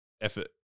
effort